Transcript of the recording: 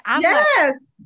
Yes